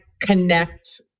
connect